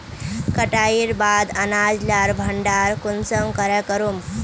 कटाईर बाद अनाज लार भण्डार कुंसम करे करूम?